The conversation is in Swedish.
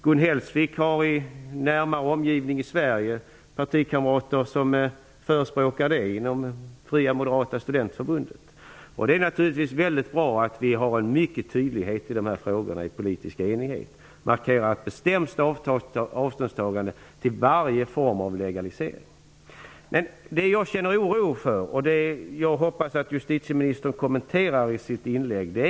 Gun Hellsvik har i närmare omgivning, i Sverige, partikamrater inom Fria moderata studentförbundet som förespråkar legalisering. Det är naturligtvis bra att den politiska enigheten i dessa frågor är mycket tydlig och att man markerar ett bestämt avståndstagande till varje form av legalisering. Men jag känner oro för vissa saker, och jag hoppas att justitieministern kommenterar dem i sitt nästa inlägg.